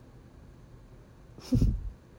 so